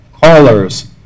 callers